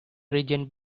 region